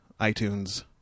iTunes